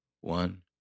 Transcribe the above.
one